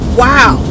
wow